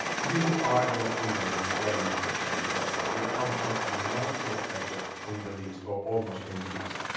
you are going to remain very much the same person. your consciousness will not be affected in the least, or almost in the least.